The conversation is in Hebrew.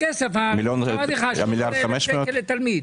הכסף שאמרתי לך 13,000 לתלמיד.